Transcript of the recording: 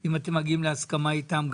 אם אתם מגיעים להסכמה איתם,